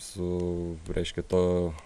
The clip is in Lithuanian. su reiškia to